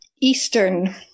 Eastern